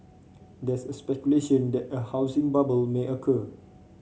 there's a speculation that a housing bubble may occur